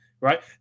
right